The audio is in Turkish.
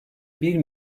bir